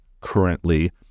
currently